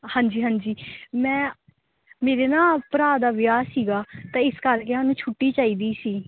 ਹਾਂਜੀ ਹਾਂਜੀ ਮੈਂ ਮੇਰੇ ਨਾ ਭਰਾ ਦਾ ਵਿਆਹ ਸੀਗਾ ਤਾਂ ਇਸ ਕਰਕੇ ਉਹਨੂੰ ਛੁੱਟੀ ਚਾਹੀਦੀ ਸੀ